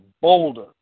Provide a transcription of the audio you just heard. boulder